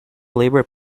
labour